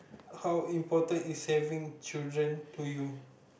how important is having children to you